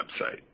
website